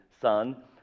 son